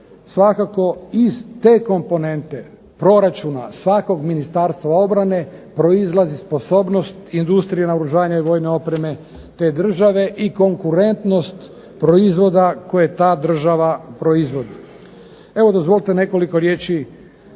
Svakako iz te komponente proračuna svakog ministarstva obrane, proizlazi sposobnost industrije naoružanja i vojne opreme, te države i konkurentnost proizvoda koje ta država proizvodi. Evo dozvolite nekoliko riječi